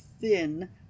thin